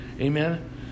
Amen